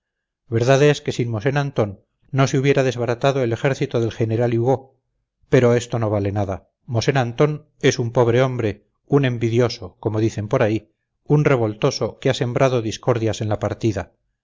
verdad es que sin mosén antón no se hubiera desbaratado el ejército del general hugo pero esto no vale nada mosén antón es un pobre hombre un envidioso como dicen por ahí un revoltoso que ha sembrado discordias en la partida